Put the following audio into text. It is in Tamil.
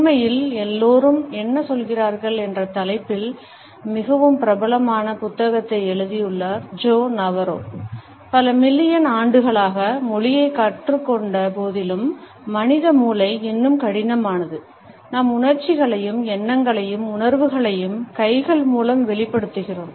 உண்மையில் What Every Body is Saying என்ற தலைப்பில் மிகவும் பிரபலமான புத்தகத்தை எழுதியுள்ள ஜோ நவரோ பல மில்லியன் ஆண்டுகளாக மொழியைக் கற்றுக்கொண்ட போதிலும் மனித மூளை இன்னும் கடினமானதுநம் உணர்ச்சிகளையும் எண்ணங்களையும் உணர்வுகளையும் கைகள் மூலம் வெளிப்படுத்துகிறோம்